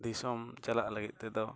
ᱫᱤᱥᱚᱢ ᱪᱟᱞᱟᱜ ᱞᱟᱹᱜᱤᱫ ᱛᱮᱫᱚ